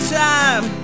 time